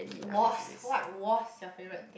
was what was your favourite